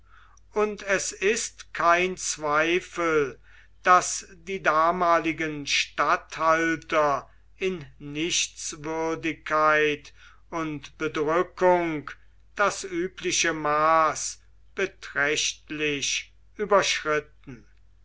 und es ist kein zweifel daß die damaligen statthalter in nichtswürdigkeit und bedrückung das übliche maß beträchtlich überschritten